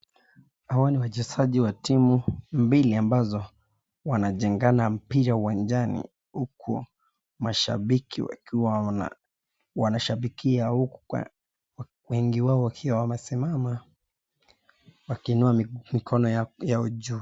Hawa ni wachezaji wa timu mbili ambazo wanajengana mpira uwanjani huku mashabiki wakiwa wanashabikia huku wengi wao wakiwa wamesimama wakiinua mikono yao juu.